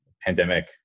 pandemic